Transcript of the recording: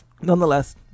Nonetheless